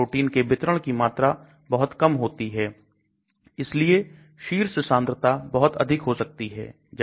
protein के वितरण की मात्रा बहुत कम होती है इसलिए शीर्ष सांद्रता बहुत अधिक हो सकती है